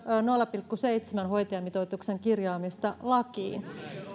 nolla pilkku seitsemän hoitajamitoituksen kirjaamista lakiin